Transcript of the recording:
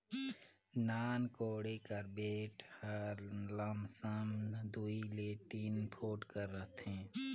नान कोड़ी कर बेठ हर लमसम दूई ले तीन फुट कर रहथे